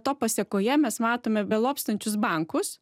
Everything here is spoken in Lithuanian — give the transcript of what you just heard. to pasekoje mes matome belobstančius bankus